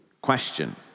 Question